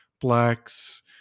blacks